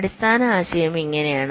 അടിസ്ഥാന ആശയം ഇങ്ങനെയാണ്